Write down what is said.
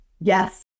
Yes